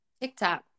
tiktok